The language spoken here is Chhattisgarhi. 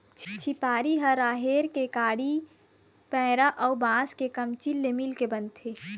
झिपारी ह राहेर के काड़ी, पेरा अउ बांस के कमचील ले मिलके बनथे